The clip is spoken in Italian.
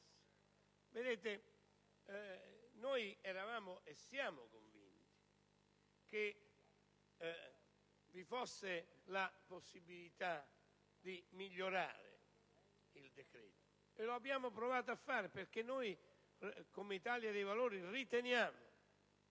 più bassi. Eravamo e siamo convinti che vi fosse la possibilità di migliorare il decreto, e abbiamo provato a farlo, perché come Italia dei Valori riteniamo